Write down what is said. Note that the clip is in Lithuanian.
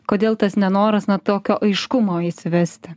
kodėl tas nenoras na tokio aiškumo įsivesti